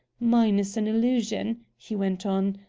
mine is an illusion, he went on.